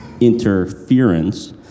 interference